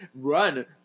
Run